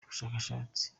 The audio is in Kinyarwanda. cy’ubushakashatsi